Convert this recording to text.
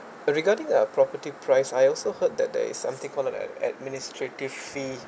regarding a property price I also heard that there is something called an administrative fee